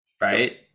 right